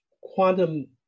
quantum